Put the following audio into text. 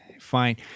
fine